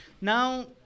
Now